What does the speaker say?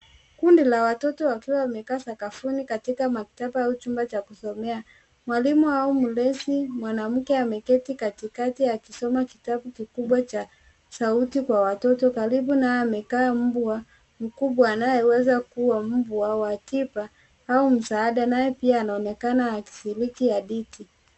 Kundi la watoto wakiwa wamekaa sakafuni katika maktaba au chumba cha kusomea, mwalimu au mlezi mwanamke ameketi katikati akisoma kitabu kikubwa cha sauti kwa watoto karibu naye amekaa mbwa mkubwa anayeweza kua mbwa wa tiba au msaada naye anaonekana akishiriki hadithi.